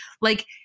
Like-